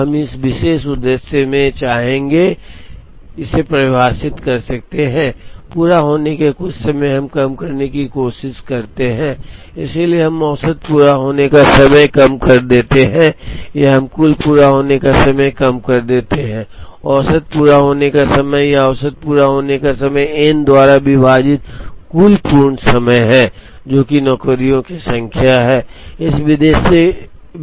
तो हम इस विशेष उद्देश्य में चाहेंगे हम इसे परिभाषित कर सकते हैं पूरा होने के कुछ समय हम कम करने की कोशिश करते हैं इसलिए हम औसत पूरा होने का समय कम कर देते हैं या हम कुल पूरा होने का समय कम कर देते हैंऔसत पूरा होने का समय या औसत पूरा होने का समय n द्वारा विभाजित कुल पूर्ण समय है जो कि नौकरियों की संख्या है